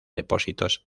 depósitos